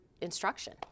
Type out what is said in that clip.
instruction